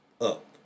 up